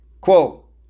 Quote